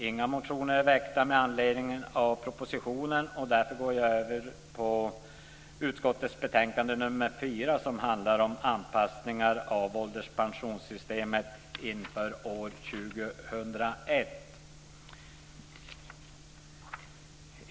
Inga motioner har väckts med anledning av propositionen, och jag går därför över till utskottets betänkande nr 4, som handlar om anpassningar av ålderspensionssystemet inför år 2001.